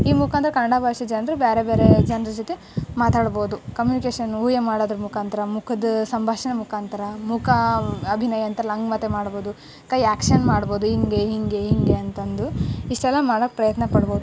ಈ ಮುಖಾಂತರ ಕನ್ನಡ ಭಾಷೆ ಜನರು ಬೇರೆ ಬೇರೆ ಜನ್ರ ಜೊತೆ ಮಾತಾಡ್ಬೋದು ಕಮ್ಯುನಿಕೇಷನು ಊಹೆ ಮಾಡೋದ್ರ ಮುಖಾಂತರ ಮುಖದ ಸಂಭಾಷಣೆ ಮುಖಾಂತರ ಮೂಕಾಭಿನಯ ಅಂತಾರಲ್ಲ ಹಂಗೆ ಮತ್ತೆ ಮಾಡ್ಬೋದು ಕೈ ಆಕ್ಷನ್ ಮಾಡ್ಬೋದು ಹಿಂಗೆ ಹಿಂಗೆ ಹಿಂಗೆ ಅಂತಂದು ಇಷ್ಟೆಲ್ಲ ಮಾಡೋಕೆ ಪ್ರಯತ್ನ ಪಡ್ಬೋದು